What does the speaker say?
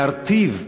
להרטיב,